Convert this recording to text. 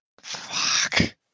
Fuck